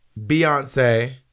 Beyonce